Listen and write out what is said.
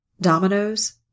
dominoes